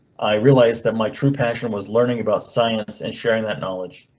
i realized that my true passion was learning about science and sharing that knowledge.